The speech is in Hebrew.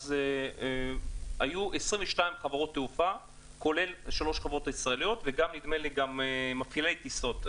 אז היו 22 חברות תעופה כולל שלוש החברות הישראליות וגם מפעילי טיסות,